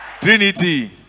Trinity